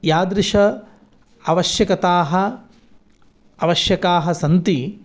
यादृशी आवश्यकताः आवश्यकाः सन्ति